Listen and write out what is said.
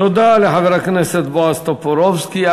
תודה לחבר הכנסת בועז טופורובסקי.